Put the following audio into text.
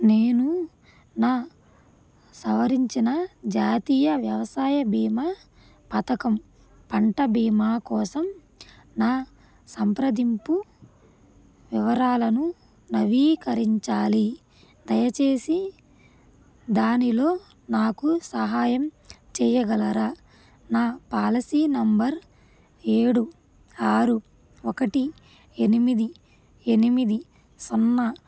నేను నా సవరించిన జాతీయ వ్యవసాయ భీమా పథకం పంట భీమా కోసం నా సంప్రదింపు వివరాలను నవీకరించాలి దయచేసి దానిలో నాకు సహాయం చెయ్యగలరా నా పాలసీ నంబర్ ఏడు ఆరు ఒకటి ఎనిమిది ఎనిమిది సున్నా